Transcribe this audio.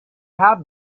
have